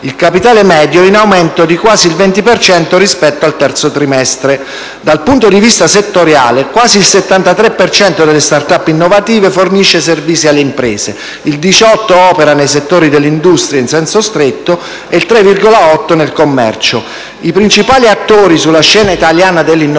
Il capitale medio è in aumento di quasi il 20 per cento rispetto al terzo trimestre. Dal punto di vista settoriale, quasi il 73 per cento delle *start-up* innovative fornisce servizi alle imprese, il 18 per cento opera nei settori dell'industria in senso stretto e il 3,8 per cento nel commercio. I principali attori sulla scena italiana dell'innovazione